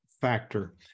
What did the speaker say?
factor